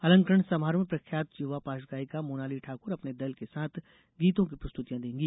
अलंकरण समारोह में प्रख्यात युवा पार्श्व गायिका मोनाली ठाक्र अपने दल के साथ गीतों की प्रस्तुतियां देगी